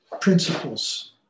principles